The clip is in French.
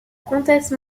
comtesse